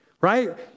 right